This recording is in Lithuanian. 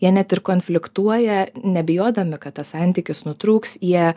jie net ir konfliktuoja nebijodami kad tas santykis nutrūks jie